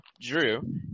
Drew